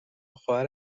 خواهر